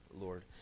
Lord